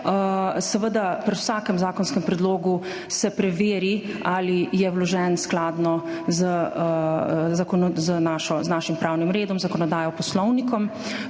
Seveda, pri vsakem zakonskem predlogu se preveri, ali je vložen skladno z našim pravnim redom, zakonodajo, Poslovnikom,